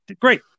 great